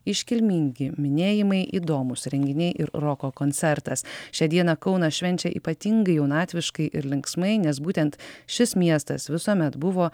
iškilmingi minėjimai įdomūs renginiai ir roko koncertas šią dieną kaunas švenčia ypatingai jaunatviškai ir linksmai nes būtent šis miestas visuomet buvo